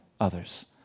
others